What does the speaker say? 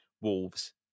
Wolves